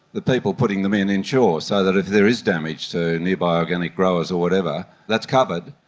the people putting them in insure, so that if there is damage to nearby organic growers or whatever, that's covered.